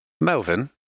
Melvin